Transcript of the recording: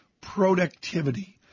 productivity